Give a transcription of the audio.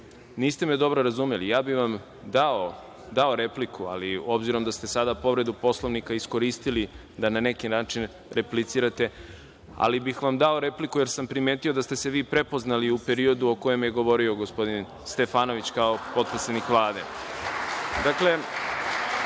niste me dobro razumeli, dao bih vam repliku ali obzirom da ste sada povredu Poslovnika iskoristili da na neki način replicirate. Dao bih vam repliku jer sam primetio da ste se vi prepoznali u periodu o kojem je govorio gospodin Stefanović, kao potpredsednik